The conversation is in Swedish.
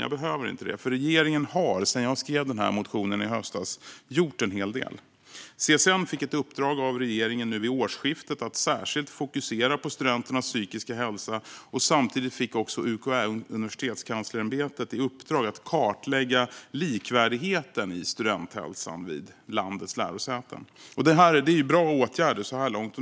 Jag behöver inte göra det, för regeringen har sedan jag skrev motionen i höstas gjort en hel del. CSN fick ett uppdrag av regeringen vid årsskiftet att särskilt fokusera på studenternas psykiska hälsa. Samtidigt fick UKÄ, Universitetskanslersämbetet, i uppdrag att kartlägga likvärdigheten i studenthälsan vid landets lärosäten. Det är bra åtgärder så här långt.